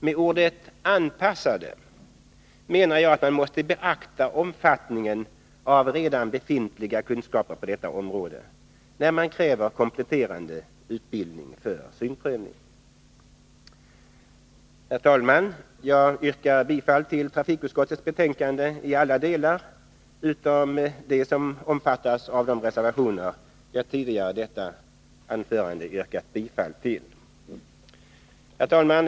Med ordet ”anpassade” menar jag att man måste beakta omfattningen av redan befintliga kunskaper på detta område, när man kräver kompletterande utbildning för synprövning. Herr talman! Jag yrkar bifall till trafikutskottets betänkande i alla delar utom dem som omfattas av de reservationer jag tidigare i detta anförande yrkat bifall till. Herr talman!